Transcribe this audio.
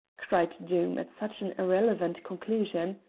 cried doom at such an irrelevant conclusion.